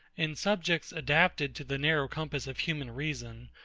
in subjects adapted to the narrow compass of human reason,